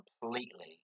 completely